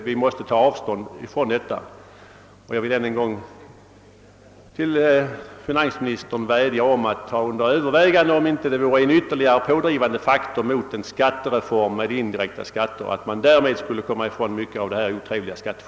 Vi måste ta avstånd från detta, och jag vill ännu en gång vädja till finansministern att överväga, om inte önskemålet att komma ifrån mycket av det otrevliga skattefusket utgör ytterligare en anledning att mera allmänt införa indirekta skatter.